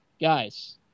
guys